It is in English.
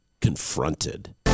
confronted